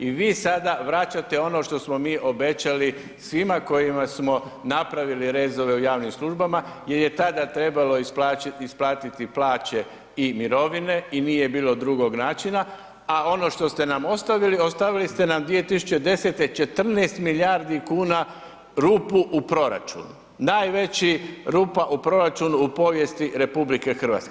I vi sada vraćate ono što smo mi obećali svima kojima smo napravili rezove u javnim službama jer je tada trebalo isplatiti plaće i mirovine i nije bilo drugog načina, a ono što ste nam ostavili, ostavili ste nam 2010. 14 milijardi kuna rupu u proračunu, najveća rupa u proračunu u povijesti RH.